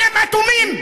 אתם אטומים,